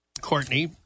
Courtney